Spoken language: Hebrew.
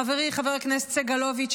חברי חבר הכנסת סגלוביץ',